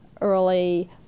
early